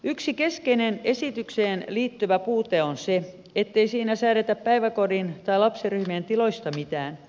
yksi keskeinen esitykseen liittyvä puute on se ettei siinä säädetä päiväkodin tai lapsiryhmien tiloista mitään